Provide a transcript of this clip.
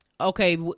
Okay